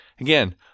Again